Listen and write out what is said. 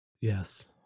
Yes